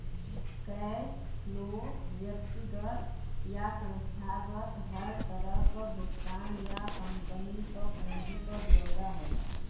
cash flow व्यक्तिगत या संस्थागत हर तरह क भुगतान या कम्पनी क पूंजी क ब्यौरा होला